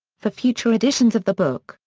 for future editions of the book,